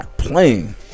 playing